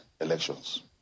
elections